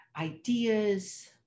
ideas